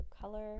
Color